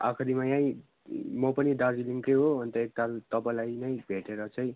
आखिरीमा यहीँ म पनि दार्जिलिङकै हो अनि त एकताल तपाईँलाई नै भेटर चाहिँ